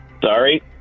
Sorry